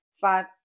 five